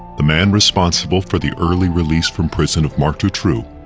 the man responsible for the early release from prison of marc dutroux,